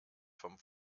vom